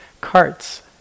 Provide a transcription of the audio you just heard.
carts